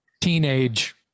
teenage